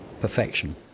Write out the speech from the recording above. perfection